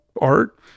art